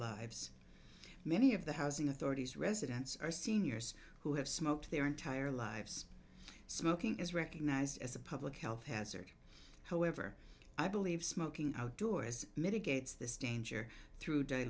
lives many of the housing authorities residents are seniors who have smoked their entire lives smoking is recognized as a public health hazard however i believe smoking outdoor as mitigates this danger through